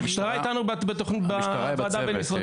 המשטרה איתנו בוועדה הבין-משרדית.